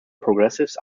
progressives